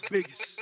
Biggest